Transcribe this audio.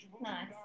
Nice